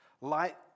light